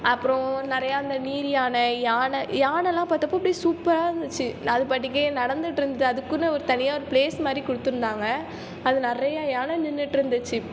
அப்பறம் நிறைய அந்த நீர்யானை யானை யானைலாம் பார்த்தபோ சூப்பராக இருந்துச்சு அது பாட்டுக்கு நடந்துட்டு இருந்தது அதுக்குன்னு ஒரு தனியாக ஒரு ப்ளேஸ் மாதிரி கொடுத்திருந்தாங்க அது நிறைய யானை நின்றுட்டு இருந்துச்சு